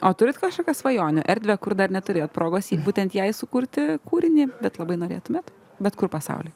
o turit kažkokią svajonių erdvę kur dar neturėjot progos jai būtent jai sukurti kūrinį bet labai norėtumėt bet kur pasauly